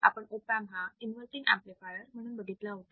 आपण op amp हा inverting amplifier म्हणून बघितला होता